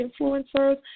influencers